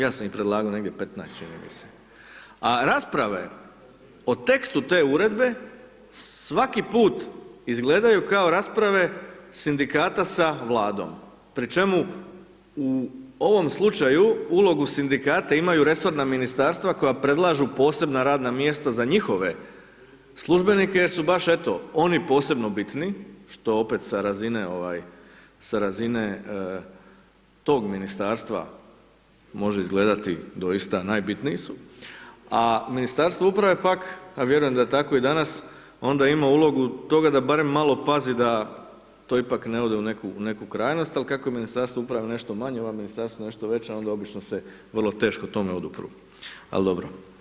Ja sam ih predlagao negdje 15, čini mi se a rasprave o tekstu te uredbe svaki put izgledaju kao rasprave sindikata sa Vladom pri čemu u ovom slučaju ulogu sindikata imaju resorna ministarstva koja predlažu posebna radna mjesta za njihove službenike jer su baš eto, oni posebno bitni što opet sa razine tog ministarstva može izgledati doista najbitniji su, a Ministarstvo uprave pak a vjerujem da je tako i danas, onda ima ulogu toga da barem malo pazi da to ipak ne ode u neku krajnost ali kako je Ministarstvo uprave nešto manje, ovo ministarstvo nešto veće, onda obično se vrlo teško tome odupru ali dobro.